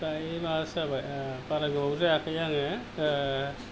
फ्राय माबासो जाबाय बारा गोबाव जायाखै आङो